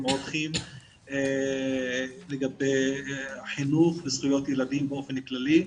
עורכים לגבי החינוך וזכויות ילדים באופן כללי.